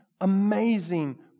amazing